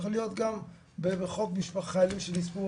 צריכים להיות גם בחוק חיילים שנספו,